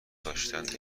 داشتند